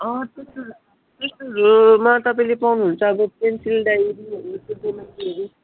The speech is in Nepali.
अँ त्यस्तोहरू त्यस्तोहरूमा तपाईँले पाउनुहुन्छ अब पेन्सिल डायरीहरू